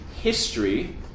history